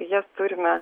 jas turime